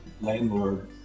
landlord